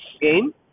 game